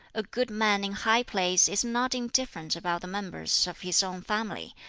a good man in high place is not indifferent about the members of his own family,